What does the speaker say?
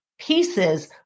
pieces